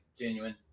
genuine